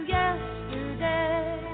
yesterday